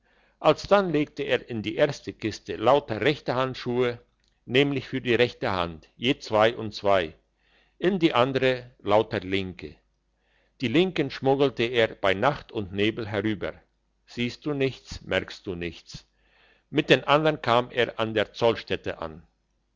alsdann legte er in die erste kiste lauter rechte handschuhe nämlich für die rechte hand je zwei und zwei in die andere lauter linke die linken schmuggelte er bei nacht und nebel herüber siehst du nichts merkst du nichts mit den andern kam er an der zollstätte an